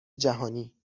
جهانی